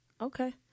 Okay